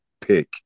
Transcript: pick